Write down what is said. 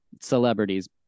celebrities